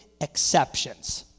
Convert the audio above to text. exceptions